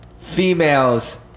females